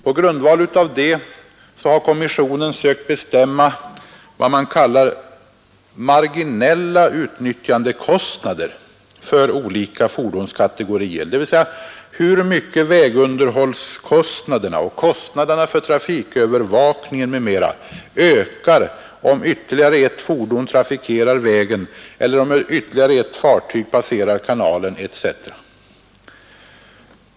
På grundval av det har kommissionen sökt bestämma vad man kallar marginella utnyttjandekostnader för olika fordonskategorier, dvs. hur mycket vägunderhållskostnaderna och kostnaderna för trafikövervakning m.m. ökar om ytterligare ett fordon trafikerar vägen eller ytterligare ett fartyg passerar kanalen etc.